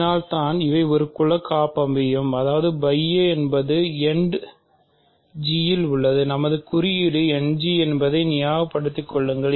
இதனால்தான் இவை ஒரு குல காப்பமைவியம் அதாவது என்பது End என்ன என்பதை நியபகபடுதிக் கொள்ளுங்கள்